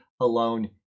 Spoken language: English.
alone